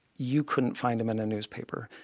you couldn't find him in a newspaper.